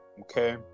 okay